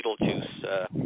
Beetlejuice